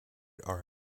are